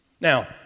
Now